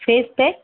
face pack